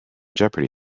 jeopardy